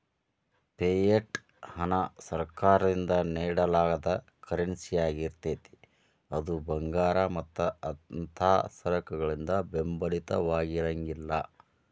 fiat ಹಣ ಸರ್ಕಾರದಿಂದ ನೇಡಲಾದ ಕರೆನ್ಸಿಯಾಗಿರ್ತೇತಿ ಅದು ಭಂಗಾರ ಮತ್ತ ಅಂಥಾ ಸರಕಗಳಿಂದ ಬೆಂಬಲಿತವಾಗಿರಂಗಿಲ್ಲಾ